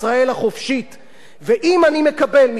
ואם אני מקבל מכתבים כאלה מבני-נוער,